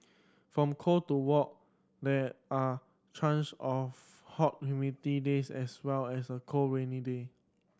from cold to what there are choice of hot humid days as well as the cold rainy day